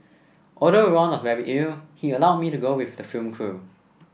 although Ron was very ill he allowed me to go with the film crew